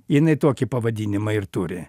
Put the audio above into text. jinai tokį pavadinimą ir turi